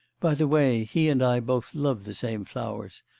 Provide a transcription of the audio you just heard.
by the way, he and i both love the same flowers.